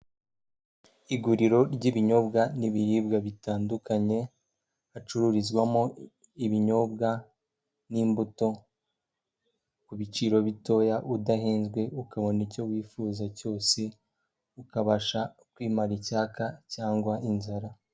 Iguriro ry'ibinyobwa n'ibiribwa bitandukanye, hacururizwamo ibinyobwa n'imbuto ku biciro bitoya, udahenzwe, ukabona icyo wifuza cyose, ukabasha kwimara icyaka cyangwa inzara.